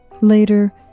Later